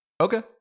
Okay